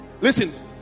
Listen